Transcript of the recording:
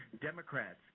Democrats